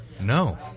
No